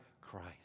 Christ